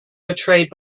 portrayed